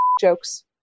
jokes